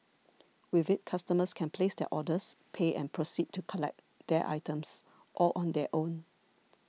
with it customers can place their orders pay and proceed to collect their items all on their own